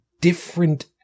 different